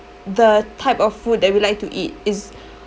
the type of food that we like to eat it's